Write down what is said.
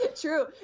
True